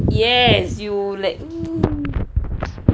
yes you like !woo!